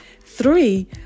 Three